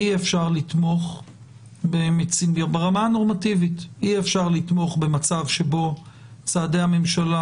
אי אפשר לתמוך ברמה הנורמטיבית במצב שבו צעדי הממשלה